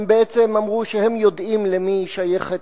הם בעצם אמרו שהם יודעים למי שייכת